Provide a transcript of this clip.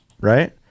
right